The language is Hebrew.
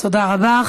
תודה רבה.